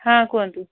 ହଁ କୁହନ୍ତୁ